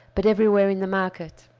but everywhere in the market.